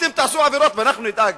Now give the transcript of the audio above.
אתם תעשו עבירות ואנחנו נדאג